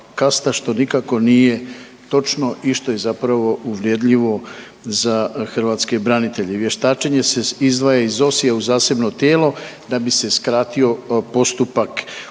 što nikako nije točno i što je zapravo uvredljivo za hrvatske branitelje. Vještačenje se izdvaja iz Osije u zasebno tijelo da bi se skratio postupak